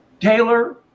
Taylor